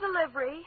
Delivery